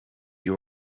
you